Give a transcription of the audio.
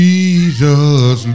Jesus